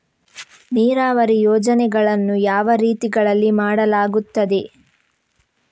ನೀರಾವರಿ ಯೋಜನೆಗಳನ್ನು ಯಾವ ರೀತಿಗಳಲ್ಲಿ ಮಾಡಲಾಗುತ್ತದೆ?